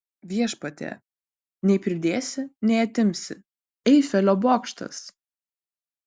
viešpatie nei pridėsi nei atimsi eifelio bokštas